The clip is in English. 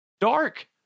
Dark